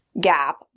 gap